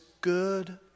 good